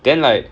then like